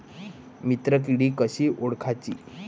मित्र किडी कशी ओळखाची?